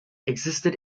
existed